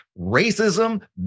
racism